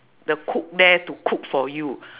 the cook there to cook for you